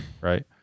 right